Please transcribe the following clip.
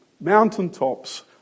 mountaintops